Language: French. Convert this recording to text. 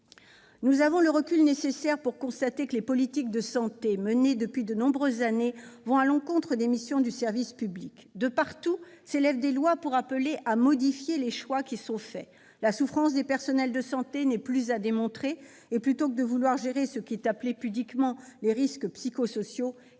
Nous avons le recul nécessaire pour constater que les politiques de santé menées depuis de nombreuses années vont à l'encontre des missions de service public. De toutes parts s'élèvent des voix appelant à modifier les choix qui sont faits. La souffrance au travail des personnels de santé n'est plus à démontrer, et plutôt que de vouloir gérer ce que l'on appelle pudiquement les risques psychosociaux,